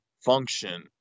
function